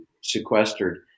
sequestered